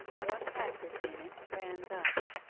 one passage in it ran thus